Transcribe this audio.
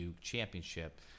championship